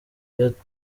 yakuye